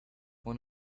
one